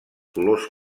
colors